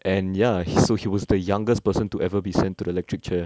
and ya he so he was the youngest person to ever be sent to the electric chair